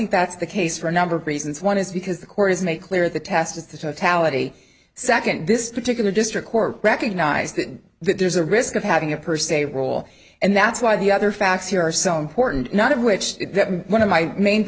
think that's the case for a number of reasons one is because the court has made clear the test is the totality second this particular district court recognised that there's a risk of having a per se rule and that's why the other facts here are so important not of which one of my main